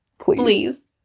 Please